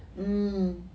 mm